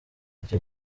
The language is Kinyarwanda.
icyo